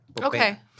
Okay